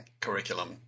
curriculum